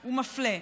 הוא מפלה.